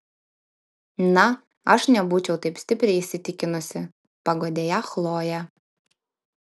na aš nebūčiau taip stipriai įsitikinusi paguodė ją chlojė